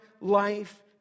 life